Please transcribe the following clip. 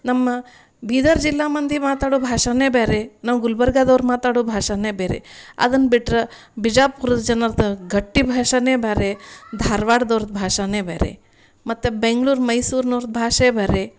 ನಮ್ಮ ಬೀದರ್ ಜಿಲ್ಲಾ ಮಂದಿ ಮಾತಾಡೋ ಭಾಷೆನೇ ಬೇರೆ ನಾವು ಗುಲ್ಬರ್ಗಾದವ್ರು ಮಾತಾಡೋ ಭಾಷೆನೇ ಬೇರೆ ಅದನ್ನು ಬಿಟ್ಟರೆ ಬಿಜಾಪುರದ ಜನರದ್ದು ಘಟ್ಟಿ ಭಾಷೆನೇ ಬೇರೆ ಧಾರವಾಡದವರ್ದ್ ಭಾಷೆನೇ ಬೇರೆ ಮತ್ತು ಬೆಂಗಳೂರ್ ಮೈಸೂರಿನವರ್ದ್ ಭಾಷೆ ಬೇರೆ